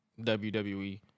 WWE